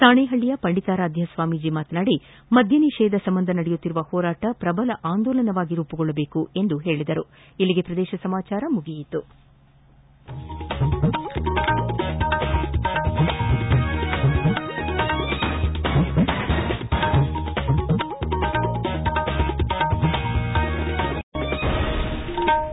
ಸಾಣೆಪಳ್ಳಯ ಪಂಡಿತಾರಾಧ್ಹ ಸ್ನಾಮೀಜ ಮಾತನಾಡಿ ಮದ್ಹ ನಿಷೇಧ ಸಂಬಂಧ ನಡೆಯುತ್ತಿರುವ ಹೋರಾಟ ಪ್ರಬಲ ಆಂದೋಲನವಾಗಿ ರೂಪುಗೊಳ್ಳಬೇಕು ಎಂದು ಕರೆ ನೀಡಿದರು